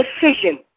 decision